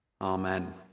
Amen